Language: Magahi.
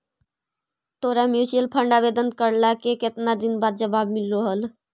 तोरा म्यूचूअल फंड आवेदन करला के केतना दिन बाद जवाब मिललो हल?